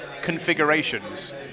configurations